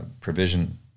provision